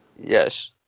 Yes